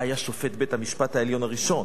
היה שופט בית-המשפט העליון הראשון.